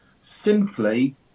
Simply